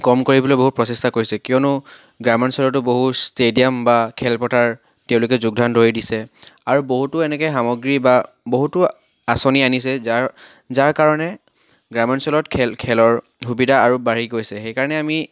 কম কৰিবলৈ বহু প্ৰচেষ্টা কৰিছে কিয়নো গ্ৰামাঞ্চলতো বহুত ষ্টেডিয়াম বা খেলপথাৰ তেওঁলোকে যোগদান ধৰি দিছে আৰু বহুতো এনেকৈ সামগ্ৰী বা বহুতো আঁচনি আনিছে যাৰ যাৰ কাৰণে গ্ৰামাঞ্চলত খেল খেলৰ সুবিধা আৰু বাঢ়ি গৈছে সেইকাৰণে আমি